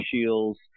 Shields